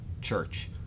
church